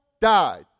died